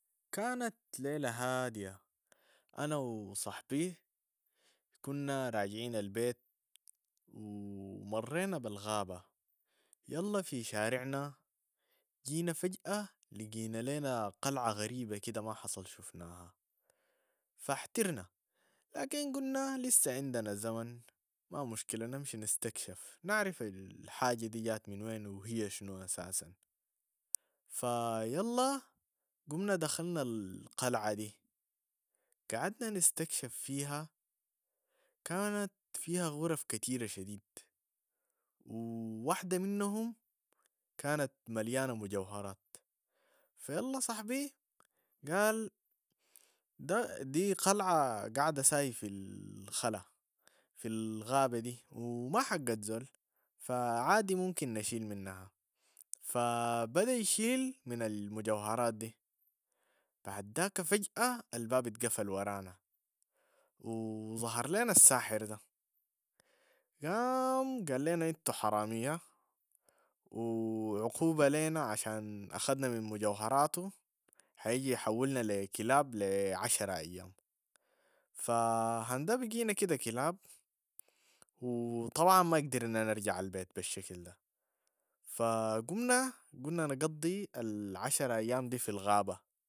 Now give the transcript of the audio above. طبعا لو بقيت اخر زول في الدنيا ولا في الارض زي ما انت قلت، دي حتكون حاجة صعبة شديد، فالواحد في الحالة دي لازم يبدأ يجهز من بدري لانو الموارد ما كلها بتقعد للابد، في النهاية في حاجات بتقعد اكتر من التانية، لكن في حاجات كتيرة حتروح عليك، بلاخص الحاجات المستوردة من دول تانية دي على الاغلب انت م حتقدر تجيبها، بلاخص لو قعد في قارة تانية، فانت لازم من الاول تبدأ تجهيز صح و تاخد كل الحاجات الدايرها و المحتاجها و اول حاجة انا بعملها بحاول اجيب عربية و كمية كبيرة من البنزين لانو لازم اتحرك، بالنسبة لي المدن حتكون اخطر حتى ممكن اقعد فيها، لانو فيها كتير من الاجهزة غير ال- مراقبة، بدون الناس الحاجات دي ممكن تحصل فيها مشاكل كبيرة و مصايب انا ما بقدر اتعامل معها براي طبعا هي مدينة كاملة، فاحسن لي انو اتفاداها و بعد داك حاحاول امشي برضو ابعد من الغابات، لانو الغابات بدون الحرس بتاعنها ممكن تحصل فيها حرائق و مصايب بتاعتها ذاتها